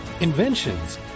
inventions